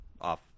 off